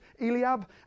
Eliab